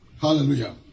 Hallelujah